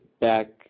back